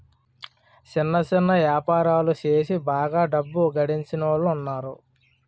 సిన్న సిన్న యాపారాలు సేసి బాగా డబ్బు గడించినోలున్నారు